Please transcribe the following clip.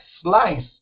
slice